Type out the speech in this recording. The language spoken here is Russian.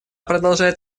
продолжает